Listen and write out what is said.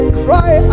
cry